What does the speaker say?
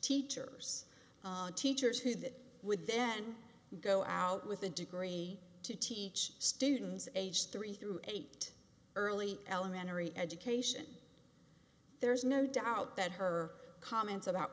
teachers teachers who that would then go out with a degree to teach students aged three through eight early elementary education there is no doubt that her comments about